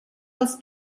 els